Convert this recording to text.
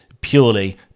purely